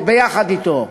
יחד אתו.